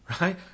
right